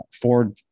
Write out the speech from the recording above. Ford